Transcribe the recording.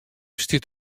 stiet